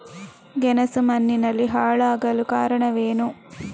ಗೆಣಸು ಮಣ್ಣಿನಲ್ಲಿ ಹಾಳಾಗಲು ಕಾರಣವೇನು?